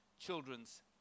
children's